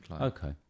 Okay